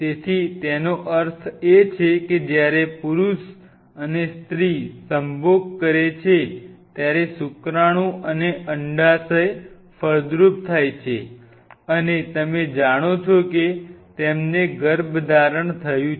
તેથી તેનો અર્થ એ છે કે જ્યારે પુરુષ અને સ્ત્રી સંભોગ કરે છે ત્યારે શુક્રાણુ અને અંડાશય ફળદ્રુપ થાય છે અને તમે જાણો છો કે તેમને ગર્ભધારણ થયું છે